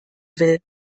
will